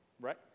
right